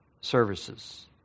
services